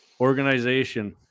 organization